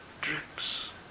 drips